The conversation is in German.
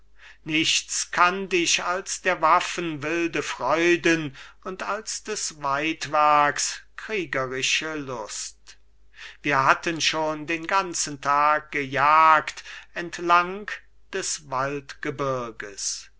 joch nichts kannt ich als der waffen wilde freuden und als des waidwerks kriegerische lust wir hatten schon den ganzen tag gejagt entlang des